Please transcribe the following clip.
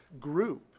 group